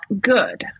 good